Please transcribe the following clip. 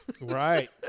Right